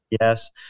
Yes